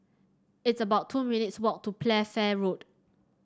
it's about two minutes' walk to Playfair Road